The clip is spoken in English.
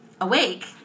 awake